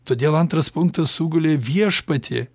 todėl antras punktas sugulė viešpatie